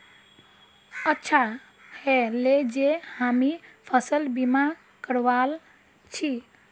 अच्छा ह ले जे हामी फसल बीमा करवाल छि